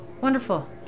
Wonderful